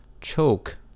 choke